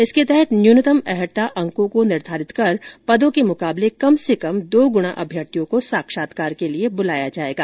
इसके तहत न्यूनतम अर्हता अंकों को निर्धारित कर पदों के मुकाबले कम से कम दो गुणा अभ्यर्थियों को साक्षात्कार के लिए बुलाया जाएगा